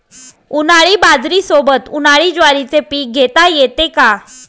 उन्हाळी बाजरीसोबत, उन्हाळी ज्वारीचे पीक घेता येते का?